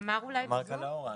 אולי תמר קלהורה בזום.